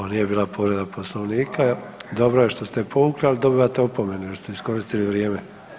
Ovo nije bila povreda Poslovnika dobro je što ste povukli, ali dobivate opomenu jer ste iskoristili vrijeme.